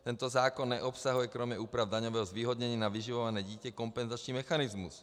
Tento zákon neobsahuje kromě úprav daňového zvýhodnění na vyživované dítě kompenzační mechanismus.